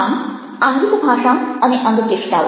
આમ આંગિક ભાષા અને અંગચેષ્ટાઓ